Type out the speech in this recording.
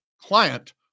client